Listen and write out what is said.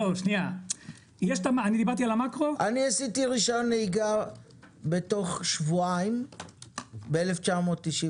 אני עשיתי רישיון נהיגה בתוך שבועיים ב-1991,